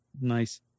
nice